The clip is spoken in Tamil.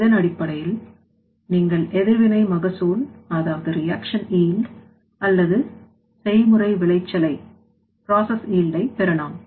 இதனடிப்படையில் நீங்கள் எதிர்வினை மகசூல் அல்லது செய்முறை விளைச்சலை பெறலாம்